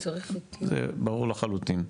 ברור לחלוטין,